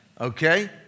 Okay